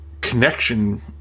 connection